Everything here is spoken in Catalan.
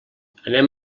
anem